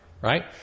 right